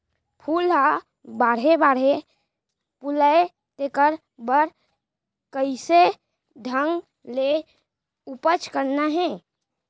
फूल ह बड़े बड़े फुलय तेकर बर कइसे ढंग ले उपज करना हे